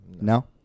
No